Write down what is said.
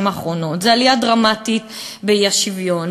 האחרונות הן עלייה דרמטית באי-שוויון,